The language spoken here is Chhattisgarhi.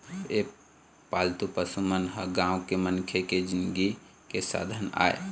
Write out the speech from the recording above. ए पालतू पशु मन ह गाँव के मनखे के जिनगी के साधन आय